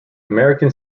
american